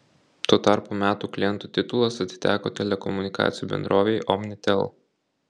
tuo tarpu metų klientų titulas atiteko telekomunikacijų bendrovei omnitel